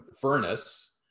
furnace